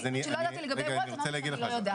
על מה שלא ידעתי לגבי וולט אמרתי שאני לא יודעת.